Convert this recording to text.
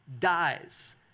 dies